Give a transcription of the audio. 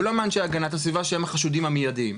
ולא מאנשי הגנת הסביבה שהם החשודים המיידיים.